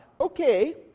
Okay